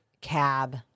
cab